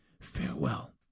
Farewell